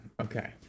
okay